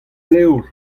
levr